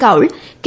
Kaul K